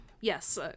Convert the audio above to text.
Yes